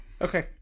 Okay